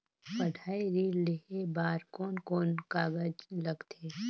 पढ़ाई ऋण लेहे बार कोन कोन कागज लगथे?